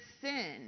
sin